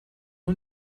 اون